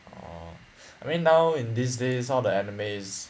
orh I mean now in these days all the animes